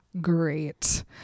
great